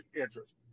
interest